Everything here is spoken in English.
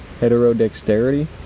Heterodexterity